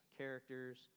characters